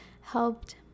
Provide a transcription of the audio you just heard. helped